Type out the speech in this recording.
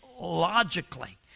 logically